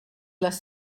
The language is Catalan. les